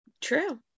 True